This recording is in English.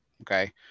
Okay